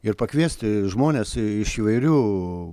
ir pakviesti žmones iš įvairių